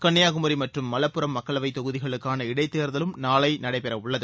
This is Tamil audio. கன்னியாகுமரி மற்றும் மலப்புரம் மக்களவைத் தொகுதிகளுக்கான இடைத் தேர்தலும் நாளை நடைபெறவுள்ளது